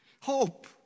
Hope